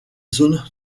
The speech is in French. zones